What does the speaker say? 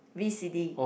V C D